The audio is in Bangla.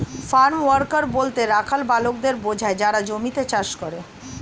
ফার্ম ওয়ার্কার বলতে রাখাল বালকদের বোঝায় যারা জমিতে চাষ করে